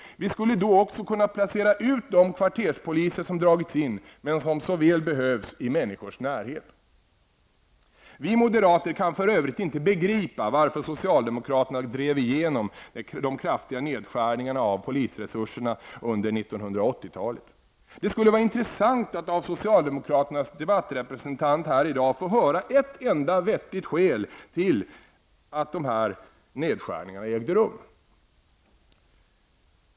Vi skulle då också kunna placera ut de kvarterspoliser som har dragits in men som så väl behövs i människors närhet. Vi moderater kan för övrigt inte begripa varför socialdemokraterna drev i genom de kraftiga nedskärningarna beträffande polisresurserna under 1980-talet. Det skulle vara intressant att höra socialdemokraternas debattrepresentant här i dag ange ett enda vettigt skäl till att de här nedskärningarna ägde rum.